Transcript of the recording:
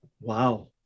Wow